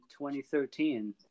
2013